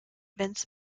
vince